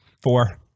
Four